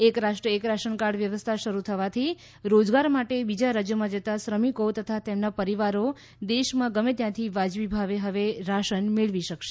એક રાષ્ટ્ર એક રાશન કાર્ડ વ્યવસ્થા શરૂ થવાથી રોજગાર માટે બીજા રાજ્યોમાં જતા શ્રમિકો તથા તેમના પરિવારો દેશમાં ગમે ત્યાંથી વાજબી ભાવે હવે રાશન મેળવી શકશે